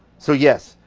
so yes,